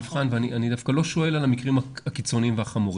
דווקא התקנים אצלנו מאוישים ואם אין לי איוש ברמה של עובד דובר ערבית,